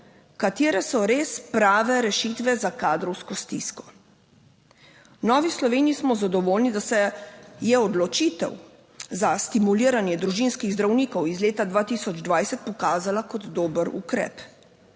katere so res prave rešitve za kadrovsko stisko? V Novi Sloveniji smo zadovoljni, da se je odločitev za stimuliranje družinskih zdravnikov iz leta 2020 pokazala kot dober ukrep.